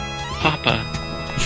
Papa